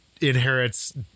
inherits